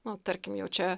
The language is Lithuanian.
nu tarkim jau čia